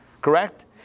Correct